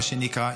מה שנקרא,